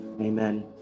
Amen